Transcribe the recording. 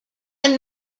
one